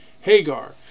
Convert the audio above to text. Hagar